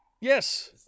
Yes